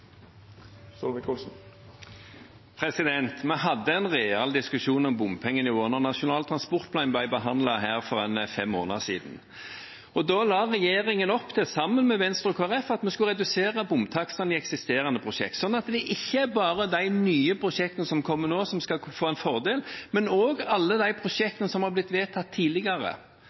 Nasjonal transportplan ble behandlet her for fem måneder siden. Da la regjeringen, sammen med Venstre og Kristelig Folkeparti, opp til at vi skulle redusere bomtakstene i eksisterende prosjekt, slik at det ikke er bare de nye prosjektene som kommer nå, som skal få en fordel, men også de prosjektene som er blitt vedtatt tidligere,